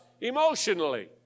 emotionally